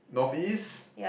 North East